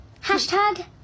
hashtag